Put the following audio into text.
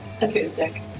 Acoustic